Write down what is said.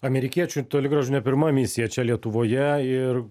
amerikiečių toli gražu ne pirma misija čia lietuvoje ir